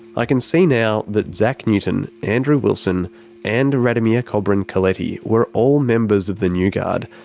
i can see now that zack newton, andrew wilson and radomir kobryn-coletti were all members of the new guard,